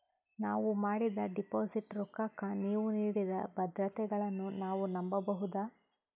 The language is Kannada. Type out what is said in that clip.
ನಾವು ಮಾಡಿದ ಡಿಪಾಜಿಟ್ ರೊಕ್ಕಕ್ಕ ನೀವು ನೀಡಿದ ಭದ್ರತೆಗಳನ್ನು ನಾವು ನಂಬಬಹುದಾ?